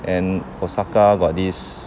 and osaka got this